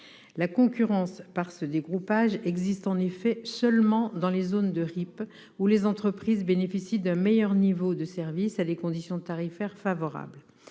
La concurrence par ce dégroupage existe en effet seulement dans les zones « réseau d'initiative publique » (RIP), où les entreprises bénéficient d'un meilleur niveau de services, à des conditions tarifaires favorables.